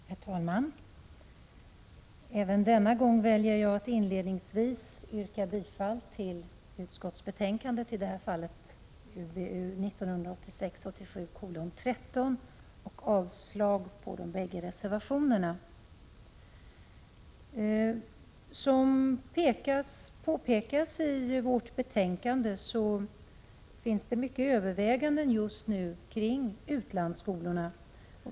Herr talman! Även denna gång väljer jag att inledningsvis yrka bifall till hemställan i utskottsbetänkandet, som i det här fallet är utbildningsutskottets betänkande 1986/87:13, och avslag på reservationerna. Som påpekas i vårt betänkande pågår många överväganden just nu kring utlandsskolorna.